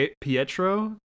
Pietro